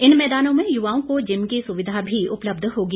इन मैदानों में युवाओं को जिम की सुविधा भी उपलब्ध होगी